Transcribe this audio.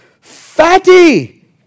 fatty